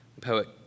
poet